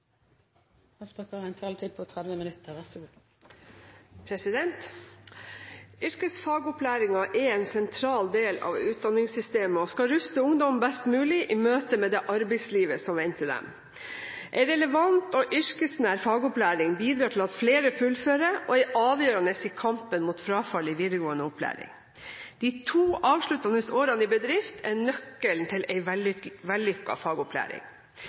en sentral del av utdanningssystemet og skal ruste ungdom best mulig i møte med det arbeidslivet som venter dem. En relevant og yrkesnær fagopplæring bidrar til at flere fullfører, og er avgjørende i kampen mot frafall i videregående opplæring. De to avsluttende årene i bedrift er nøkkelen til en vellykket fagopplæring.